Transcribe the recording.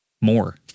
more